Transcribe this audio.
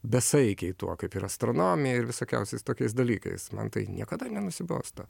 besaikiai tuo kaip ir astronomija ir visokiausiais tokiais dalykais man tai niekada nenusibosta